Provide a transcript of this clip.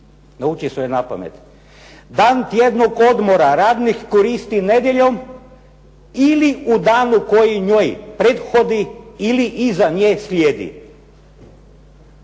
razumije./… je napamet. Dan tjednog odmora radnik koristi nedjeljom, ili u danu koji njoj prethodi ili iza nje slijedi.